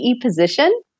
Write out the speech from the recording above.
position